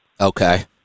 Okay